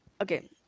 Okay